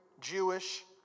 Jewish